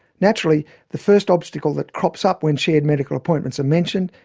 naturally the first obstacle that crops up when shared medical appointments are mentioned,